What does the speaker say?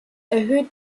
erhöht